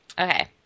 Okay